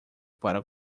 para